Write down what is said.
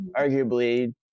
arguably